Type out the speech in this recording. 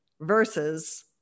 versus